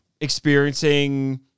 experiencing